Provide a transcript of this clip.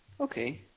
Okay